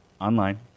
online